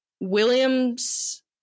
Williams